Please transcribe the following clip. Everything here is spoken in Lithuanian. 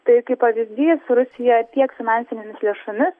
tai kaip pavyzdys rusija tiek finansinėmis lėšomis